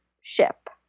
ship